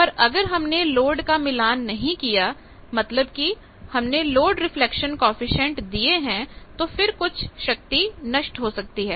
पर अगर हमने लोड का मिलान नहीं किया मतलब कि हमने लोड रिफ्लेक्शन कॉएफिशिएंट दिए हैं तो फिर कुछ शक्ति नष्ट हो सकती है